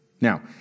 Now